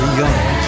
young